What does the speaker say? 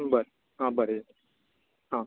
बरें आं बरें हां बरें